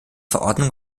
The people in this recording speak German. verordnung